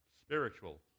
spiritual